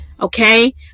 Okay